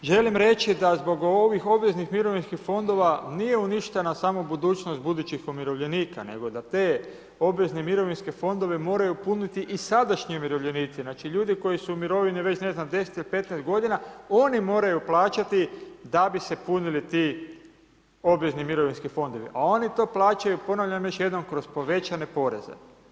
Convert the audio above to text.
Također, želim reći da zbog ovih obveznih mirovinskih fondova nije uništena samo budućnost budućih umirovljenika, nego da te obvezne mirovinske fondove moraju puniti i sadašnji umirovljenici, znači ljudi koji su u mirovini već ne znam, 10 ili 15 godina, oni moraju plaćati da bi se punili ti obvezni mirovinski fondovi, a oni to plaćaju ponavljam još jednom, kroz povećane poreze.